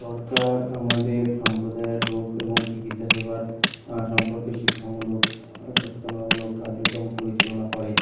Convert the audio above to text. সরকার আমাদের সম্প্রদায়ের রোগ এবং চিকিৎসা সেবার সম্পর্কে শিক্ষামূলক সচেতনামূলক কার্যক্রম পরিচালনা করে